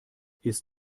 ist